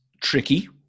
tricky